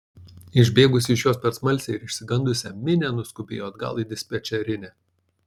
išbėgusi iš jos per smalsią ir išsigandusią minią nuskubėjo atgal į dispečerinę